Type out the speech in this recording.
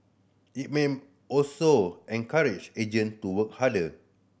it may also encourage agent to work harder